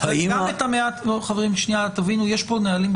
-- האם הפיקוח --- חברים, יש בכנסת נהלים.